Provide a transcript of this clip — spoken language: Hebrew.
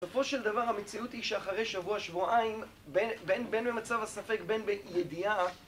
בסופו של דבר המציאות היא שאחרי שבוע שבועיים בין במצב הספק בין בידיעה